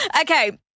Okay